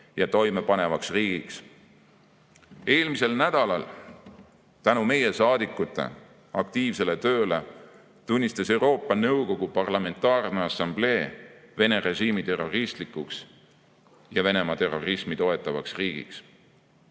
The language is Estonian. ja toimepanevaks riigiks. Eelmisel nädalal tänu meie saadikute aktiivsele tööle tunnistas Euroopa Nõukogu Parlamentaarne Assamblee Vene režiimi terroristlikuks ja Venemaa terrorismi toetavaks riigiks.